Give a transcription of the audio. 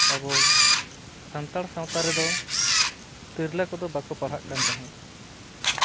ᱟᱵᱚ ᱥᱟᱱᱛᱟᱲ ᱥᱟᱶᱛᱟ ᱨᱮᱫᱚ ᱛᱤᱨᱞᱟᱹ ᱠᱚᱫᱚ ᱵᱟᱠᱚ ᱯᱟᱲᱦᱟᱜ ᱠᱟᱱ ᱛᱟᱦᱮᱸᱫ